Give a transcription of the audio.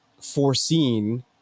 foreseen